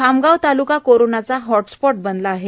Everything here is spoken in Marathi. खामगाव ताल्का कोरोनाचा हॉटस्पॉट बनला आहे